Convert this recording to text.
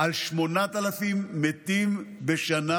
על 8,000 מתים בשנה.